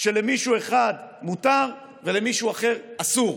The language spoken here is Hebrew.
שלמישהו אחד מותר ולמישהו אחר אסור.